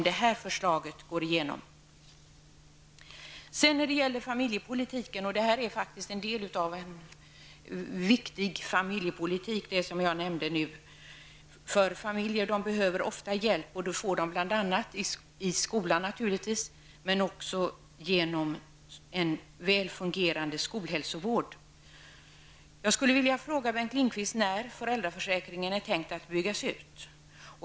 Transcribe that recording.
Skolhälsovården är verkligen en mycket viktig del av en bra familjepolitik. Barnfamiljerna behöver ofta hjälp, och detta får de förutom i skolan över huvud taget av en väl fungerande skolhälsovård. Jag skulle vilja fråga Bengt Lindqvist när man har tänkt att föräldraförsäkringen skall byggas ut.